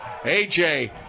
AJ